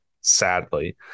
sadly